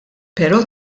però